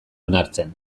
onartzen